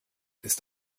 ist